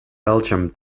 belgium